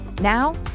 Now